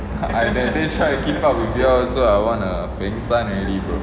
I that day try to keep up with you all also I want to pengsan already bro